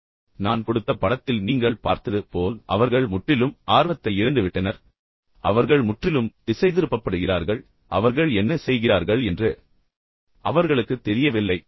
உண்மையில் நான் கொடுத்த படத்தில் நீங்கள் பார்த்தது போல் அவர்கள் முற்றிலும் ஆர்வத்தை இழந்துவிட்டனர் அவர்கள் முற்றிலும் திசைதிருப்பப்படுகிறார்கள் அவர்கள் என்ன செய்கிறார்கள் என்று அவர்களுக்குத் தெரியவில்லை